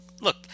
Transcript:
Look